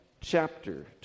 chapter